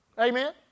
Amen